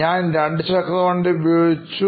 ഞാൻ രണ്ടു ചക്രവണ്ടി ഉപയോഗിച്ചു